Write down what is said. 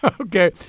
Okay